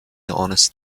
honest